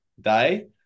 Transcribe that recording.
day